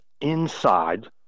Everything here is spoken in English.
inside